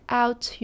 out